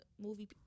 movie